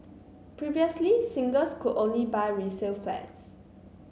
previously singles could only buy resale flats